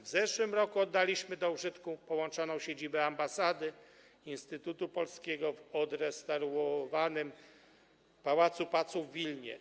W zeszłym roku oddaliśmy do użytku połączoną siedzibę ambasady i Instytutu Polskiego w odrestaurowanym pałacu Paców w Wilnie.